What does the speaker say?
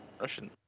Russian